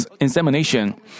insemination